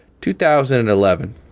2011